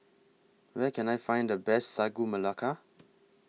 Where Can I Find The Best Sagu Melaka